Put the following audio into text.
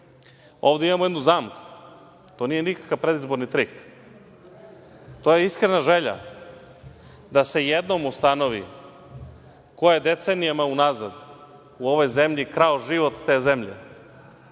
trik? Ovde imamo jednu zamku. To nije nikakav predizborni trik. To je iskrena želja da se jednom ustanovi ko je decenijama unazad u ovoj zemlji krao život te zemlje.